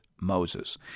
Moses